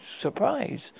surprise